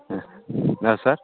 ಹಾಂ ಹಾಂ ಸರ್